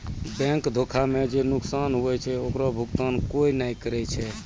bank धोखा मे जे नुकसान हुवै छै ओकरो भुकतान कोय नै करै छै